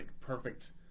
perfect